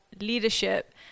leadership